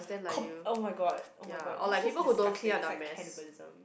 com~ oh-my-god oh-my-god it's just disgusting it's like cannibalism